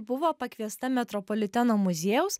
buvo pakviesta metropoliteno muziejaus